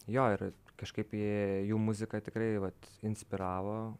jo ir kažkaip jų muziką tikrai vat inspiravo